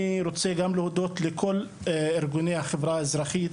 אני רוצה גם להודות לכל ארגוני החברה האזרחית,